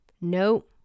No